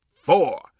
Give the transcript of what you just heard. four